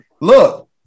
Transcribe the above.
look